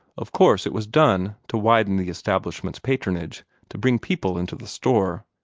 of course it was done to widen the establishment's patronage to bring people into the store.